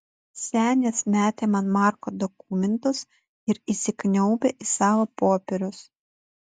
senis metė man marko dokumentus ir įsikniaubė į savo popierius